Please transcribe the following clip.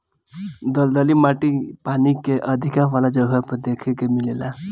दलदली माटी पानी के अधिका वाला जगह पे देखे के मिलेला